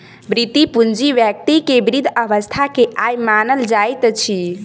वृति पूंजी व्यक्ति के वृद्ध अवस्था के आय मानल जाइत अछि